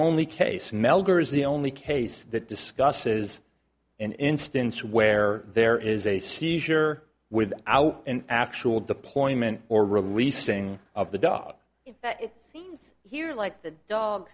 is the only case that discusses an instance where there is a seizure with out in actual deployment or releasing of the dog here like the dog